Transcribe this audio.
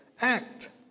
Act